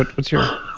but what's your.